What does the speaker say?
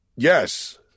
Yes